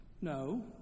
No